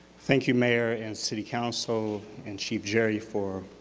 thank you, mayor and city council and chief jeri for